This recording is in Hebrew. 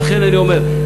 ולכן אני אומר,